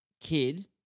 kid